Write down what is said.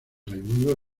raimundo